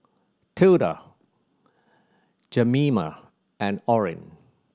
Tilda Jemima and Orrin